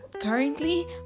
currently